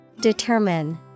Determine